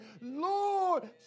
Lord